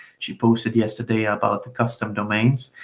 she posted yesterday about the custom domains.